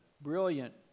brilliant